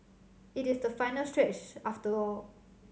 it is the final stretch after all